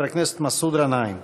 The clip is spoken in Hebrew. חבר הכנסת מסעוד גנאים.